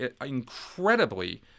incredibly